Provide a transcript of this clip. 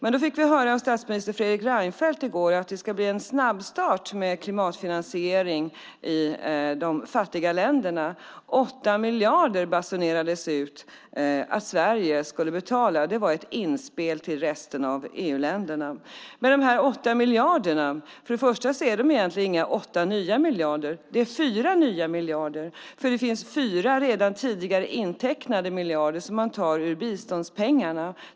Vi fick höra av statsminister Fredrik Reinfeldt i går att det ska bli en snabbstart med klimatfinansiering i de fattiga länderna. 8 miljarder basunerades det ut att Sverige skulle betala. Det var ett inspel till resten av EU-länderna. Men dessa 8 miljarder är egentligen inte 8 nya miljarder. Det är 4 nya miljarder, för det finns 4 redan tidigare intecknade miljarder som man tar ur biståndspengarna.